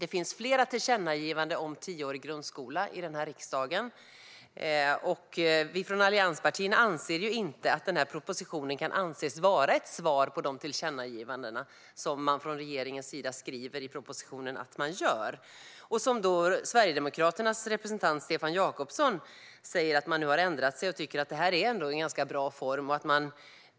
Det finns flera tillkännagivanden om tioårig grundskola i den här riksdagen, och vi från allianspartierna anser inte att den här propositionen kan anses vara ett svar på dessa tillkännagivanden, även om regeringen skriver det i propositionen. Sverigedemokraternas representant Stefan Jakobsson säger att man nu har ändrat sig och tycker att det här ändå är en ganska bra form.